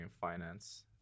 finance